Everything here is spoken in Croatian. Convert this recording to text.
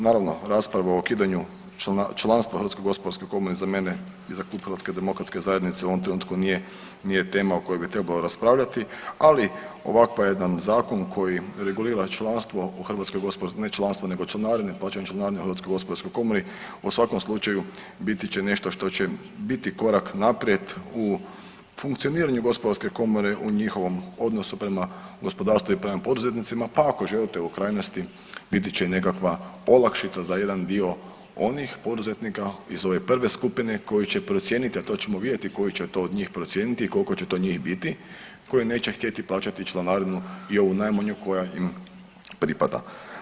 Naravno rasprava o ukidanju članstva HGK za mene i za Klub HDZ-a u ovom trenutku nije tema o kojoj bi trebali raspravljati, ali ovakav jedan zakon koji regulira članstvo u HGK, ne članstvo nego članarine, plaćanje članarine HGK u svakom slučaju biti će nešto što će biti korak naprijed u funkcioniraju gospodarske komore, u njihovom odnosu prema gospodarstvu i prema poduzetnicima pa ako želite u krajnosti biti će i nekakva olakšica za jedan dio onih poduzetnika iz ove prve skupine koji će procijeniti, a to ćemo vidjeti koji će to od njih procijeniti i koliko će to njih biti koji neće htjeti plaćati članarinu i ovu najmanju koja im pripada.